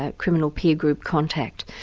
ah criminal peer group contact.